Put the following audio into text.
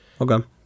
Okay